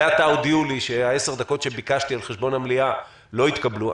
זה עתה הודיעו לי שהעשר דקות שביקשתי על חשבון המליאה לא התקבלו.